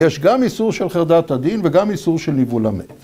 ‫יש גם איסור של חרדת הדין ‫וגם איסור של נבולמת.